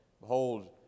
Behold